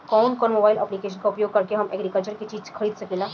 कउन कउन mobile application का प्रयोग करके हम एग्रीकल्चर के चिज खरीद सकिला?